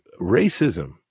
Racism